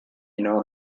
know